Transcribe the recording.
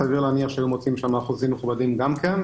סביר להניח שהיו מוצאים שם אחוזים מכובדים גם כן,